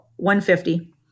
150